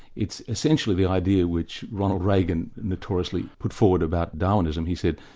it's essentially the idea, which ronald reagan notoriously put forward about darwinism. he said,